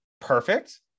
perfect